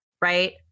right